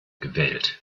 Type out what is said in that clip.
gewählt